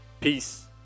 Peace